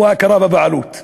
או הכרה בבעלות,